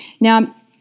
Now